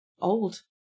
old